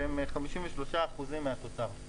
והם 53% מהתוצר.